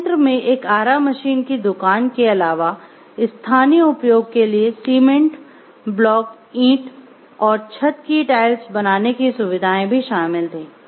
संयंत्र में एक आरा मशीन की दुकान के अलावा स्थानीय उपयोग के लिए सीमेंट ब्लॉक ईंट और छत की टाइल्स बनाने की सुविधाएं भी शामिल थीं